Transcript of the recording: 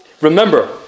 Remember